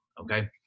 okay